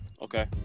Okay